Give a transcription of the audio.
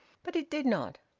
but it did not.